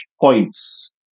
points